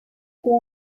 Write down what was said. tiene